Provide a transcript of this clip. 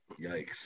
Yikes